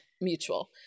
mutual